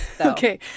Okay